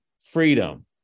freedom